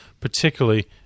particularly